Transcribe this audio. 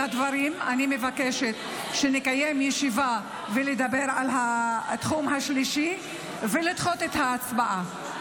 אני מבקשת שנקיים ישיבה לדבר על התחום השלישי ונדחה את ההצבעה.